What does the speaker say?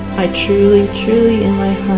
i truly, truly in my